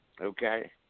okay